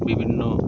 বিভিন্ন